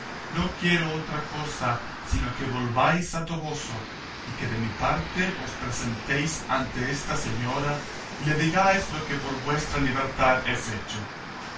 no quiero otra cosa sino que volváis al toboso y que de mi parte os presentéis ante esta señora y le digáis lo que por vuestra libertad he fecho